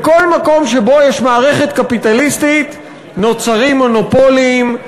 בכל מקום שבו יש מערכת קפיטליסטית נוצרים מונופולים,